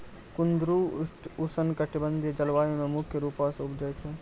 कुंदरु उष्णकटिबंधिय जलवायु मे मुख्य रूपो से उपजै छै